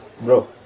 bro